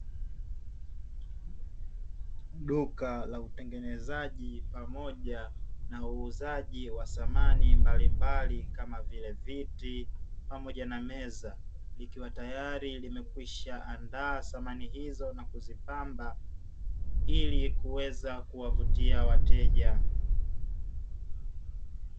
Duka la utengenezaji pamoja na uuzaji wa samani mbalimbali, kama vile viti pamoja na meza, likiwa tayari limekwishaandaa samani hizo na kuzipamba, ili kuweza kuwavutia wateja.